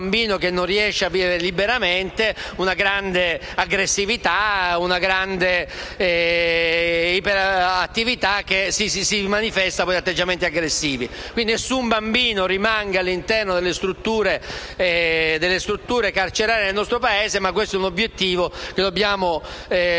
Nessun bambino deve rimanere all'interno delle strutture carcerarie nel nostro Paese e questo è un obiettivo che dobbiamo perseguire